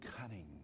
cunning